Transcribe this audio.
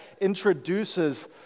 introduces